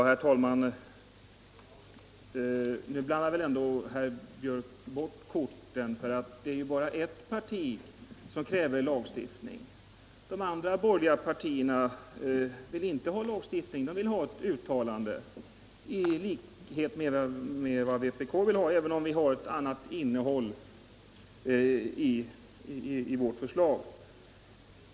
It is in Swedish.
Herr talman! Nu blandar väl herr Björck i Nässjö bort korten. Det är bara ert parti som kräver lagstiftning. De andra borgerliga partierna vill inte ha någon sådan. De vill ha ett uttalande, i likhet med vad vpk vill ha, även om vi har ett annat innehåll i vårt förslag.